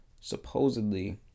supposedly